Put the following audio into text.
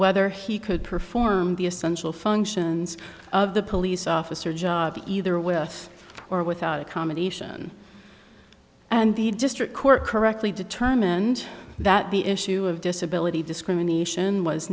whether he could perform the essential functions of the police officer job either with or without accommodation and the district court correctly determined that the issue of disability discrimination was